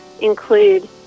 include